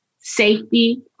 safety